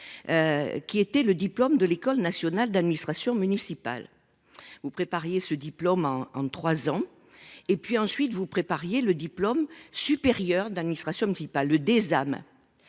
Qui était le diplôme de l'École nationale d'administration municipale. Vous prépariez ce diplôme en en trois ans et puis ensuite vous prépariez le diplôme supérieur d'administration ne dit pas le des